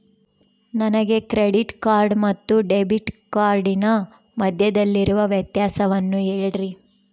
ನನಗೆ credit card ಮತ್ತು debit ಕಾರ್ಡಿನ ಮಧ್ಯದಲ್ಲಿರುವ ವ್ಯತ್ಯಾಸವನ್ನು ಹೇಳ್ರಿ?